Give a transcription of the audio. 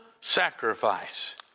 sacrifice